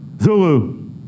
Zulu